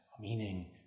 meaning